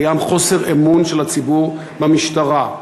קיים חוסר אמון של הציבור במשטרה.